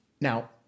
Now